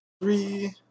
three